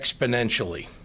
exponentially